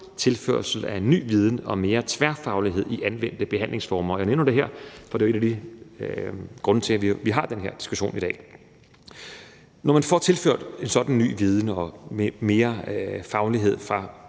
tilførsel af ny viden og mere tværfaglighed i anvendte behandlingsformer. Jeg nævner det her, for det er jo en grundene til, at vi har den her diskussion i dag. Når man får tilført en sådan ny viden og mere faglighed fra